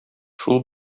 шул